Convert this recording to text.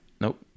Nope